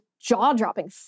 jaw-dropping